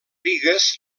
bigues